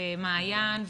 ומעיין.